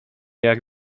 jak